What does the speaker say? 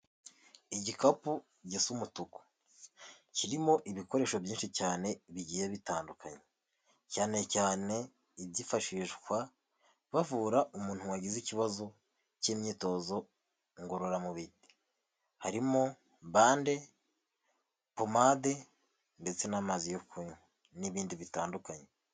Igikapu gisa umutuku kirimo ibikoresho byinshi cyane bigiye bitandukanye, cyane cyane ibyifashishwa bavura umuntu wagize ikibazo cy'imyitozo ngororamubiri, harimo bande, pomade ndetse n'amazi yo kunywa n'ibindi bitandukanye.